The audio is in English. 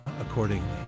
accordingly